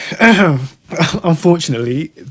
Unfortunately